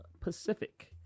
Pacific